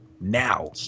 Now